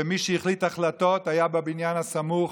ומי שהחליט החלטות היה בבניין הסמוך,